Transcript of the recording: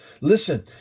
Listen